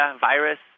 virus